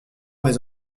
mes